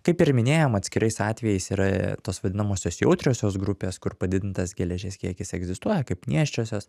kaip ir minėjom atskirais atvejais yra tos vadinamosios jautriosios grupės kur padidintas geležies kiekis egzistuoja kaip nėščiosios